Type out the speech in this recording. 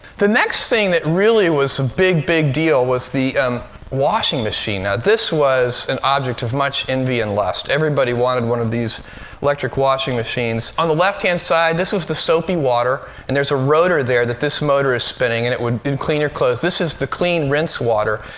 the next thing that really was a big, big deal was the um washing machine. now, ah this was an object of much envy and lust. everybody wanted one of these electric washing machines. on the left-hand side, this was the soapy water. and there's a rotor there that this motor is spinning. and it would clean your clothes. this is the clean rinse-water.